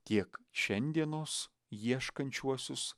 tiek šiandienos ieškančiuosius